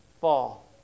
fall